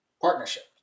Partnership